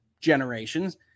generations